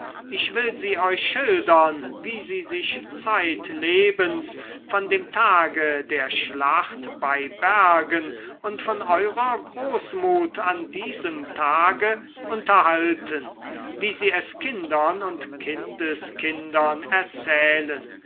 ich will sie euch schildern wie sie sich zeitlebens von dem tage der schlacht bei bergen und von eurer großmut an diesem tage unterhalten wie sie es kindern und kindeskindern erzählen